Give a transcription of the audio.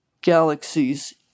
galaxies